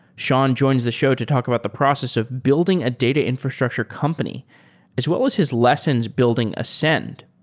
sean joins the show to talk about the process of building a data infrastructure company as well as his lessons building ascend.